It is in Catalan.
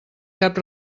cap